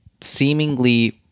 seemingly